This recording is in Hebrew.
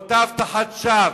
מאותה הבטחת שווא,